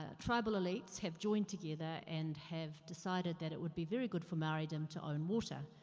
ah tribal elites have joined together and have decided that it would be very good for maori-dom to own water.